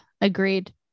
Agreed